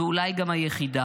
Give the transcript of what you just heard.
ואולי גם היחידה